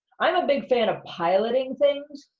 i'm a big fan of piloting things,